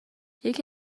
یکی